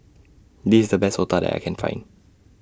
This IS The Best Otah that I Can Find